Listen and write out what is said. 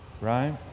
right